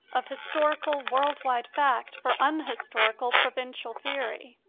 of historical, world-wide fact for unhistorical, provincial theory.